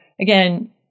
again